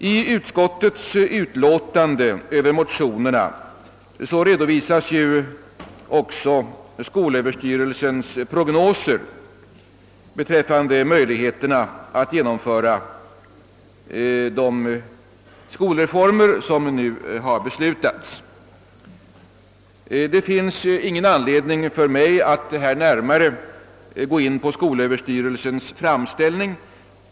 I utskottets utlåtande över motionerna redovisas också skolöverstyrelsens prognoser beträffande möjligheterna att genomföra de skolreformer som har beslutats. Det finns ingen anledning för mig att närmare gå in på skolöverstyrelsens framställning.